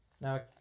Now